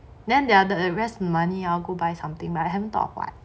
then there are the rest of the money we all go buy something but I haven't thought of what